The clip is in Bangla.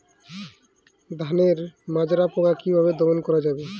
ধানের মাজরা পোকা কি ভাবে দমন করা যাবে?